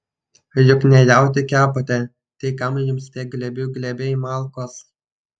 juk ne jautį kepate tai kam jums tie glėbių glėbiai malkos